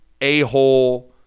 a-hole